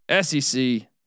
SEC